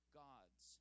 gods